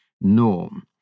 norm